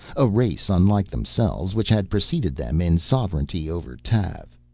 a race unlike themselves, which had preceded them in sovereignty over tav.